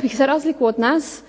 se./… za razliku od nas,